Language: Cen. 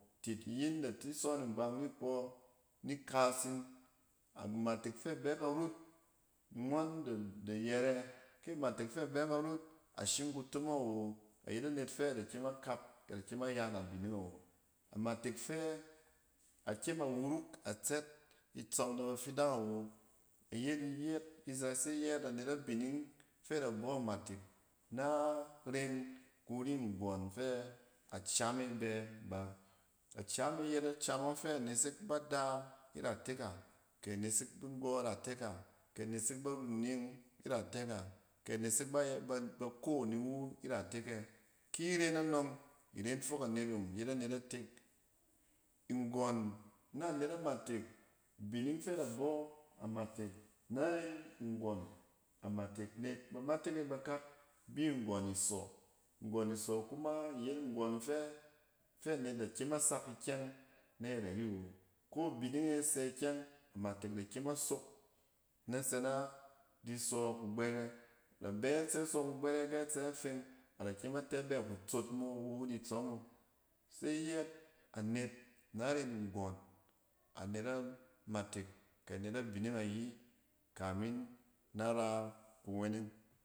Tit iyin da ti sↄn ngbang ni bↄ-ni kas yin. Amatek fɛ bɛ karut, ngↄn da yɛrɛ, kɛ matek fɛ bɛ karut, ashim kutomong awo, ayet anet fɛ da kyem a kap ada kyem aya na bining awo. Amatek fɛ akyem awuruk a tsɛt itsↄm na bafidang awo, iyet yɛɛt, ida se yɛɛt anet abining fɛ da bↄ amatek, na ren kuri nggↄn fɛ acam e bɛ ba. A cam e yet acam ↄng fɛ a nesek ba da iratek a, kɛ nesek binggↄ iratek a, kɛ a nesek barunneng iratek a kɛ a nesek bako niwu iratek ɛ. Ki ren anↄng, iren fok anet yↄng yet anet a tek. nggↄn na net amatek, abining fɛ da bↄ amatek, na ren nggↄn a matek, nek ba matek e bakak bi nggↄn isↄ. Nggↄn isↄn kuma in yet nggↄn fɛ-fɛ anet da kyem asak ikyɛng na yɛt ari wo. Ko bining e sɛ ikeyɛng, amatek da kyem a sok nɛ tse na di sↄ kugbɛrɛ. A da b tse sↄ kubɛrɛ kɛ tse feng a da kyem a tɛ bɛ ku tsot mo iwu ni tsↄm wu. Ise yɛɛt anet na ren nggↄn anet a matek kyɛ anet abining ayi kamin na ra kuweneng.